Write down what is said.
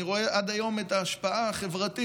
אני רואה עד היום את ההשפעה החברתית